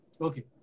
Okay